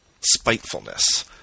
spitefulness